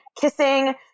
kissing